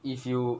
if you